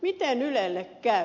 miten ylelle käy